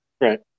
right